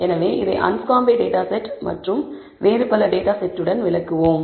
எனவே இதை Anscombe data set மற்றும் டேட்டா செட்டுடன் விளக்குவோம்